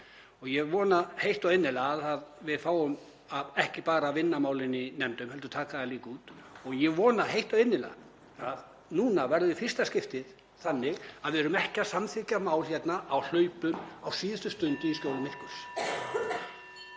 Ég vona heitt og innilega að við fáum ekki bara að vinna mál í nefndum heldur líka að taka þau út og ég vona heitt og innilega að núna verði það í fyrsta skipti þannig að við séum ekki að samþykkja mál hérna á hlaupum á síðustu stundu í skjóli myrkurs.